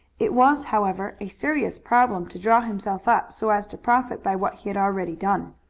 it was, however, a serious problem to draw himself up so as to profit by what he had already done.